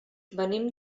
venim